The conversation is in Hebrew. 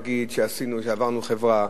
שיגידו שעברנו חברה,